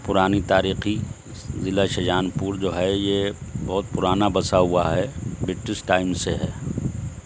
پرانی تاریخی ضلع شاہجہان پور جو ہے یہ بہت پرانا بسا ہوا ہے بریٹش ٹائم سے ہے